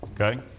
okay